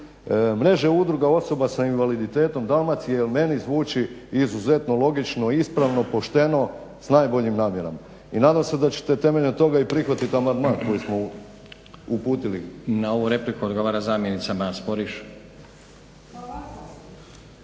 mreže udruga osoba sa invaliditetom Dalmacije jer meni zvuči izuzetno logično, ispravno, pošteno s najboljim namjerama. I nadam se da ćete i temeljem toga i prihvatiti amandman koji smo uputili. **Stazić, Nenad (SDP)** Na ovu repliku odgovara zamjenica Maja Sporiš.